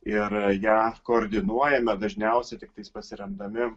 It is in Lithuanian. ir ją koordinuojame dažniausiai tiktai pasiremdami